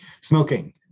Smoking